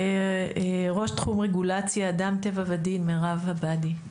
ראש תחום רגולציה, אדם טבע ודין, מירב עבאדי.